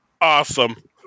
Awesome